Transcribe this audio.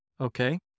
Okay